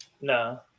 No